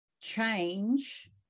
change